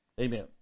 Amen